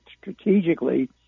strategically